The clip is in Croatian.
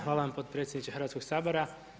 Hvala vam potpredsjedniče Hrvatskog sabora.